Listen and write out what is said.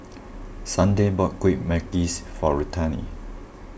Sunday bought Kueh Manggis for Ruthanne